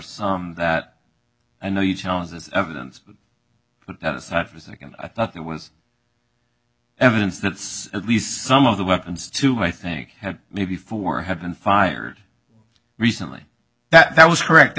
so that i know you challenge this evidence but that aside for a second i thought there was evidence that at least some of the weapons too i think had maybe four had been fired recently that was correct there